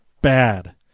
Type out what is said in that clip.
bad